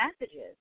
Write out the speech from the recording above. messages